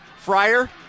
Fryer